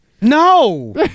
No